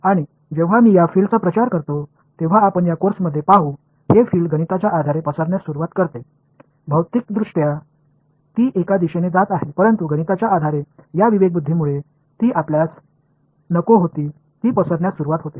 आणि जेव्हा मी या फिल्डचा प्रचार करतो तेव्हा आपण या कोर्समध्ये पाहू हे फिल्ड गणिताच्या आधारे पसरण्यास सुरवात करते भौतिकदृष्ट्या ती एका दिशेने जात आहे परंतु गणिताच्या आधारे या विवेकबुद्धीमुळे ती आपल्यास नको होती ती पसरण्यास सुरवात होते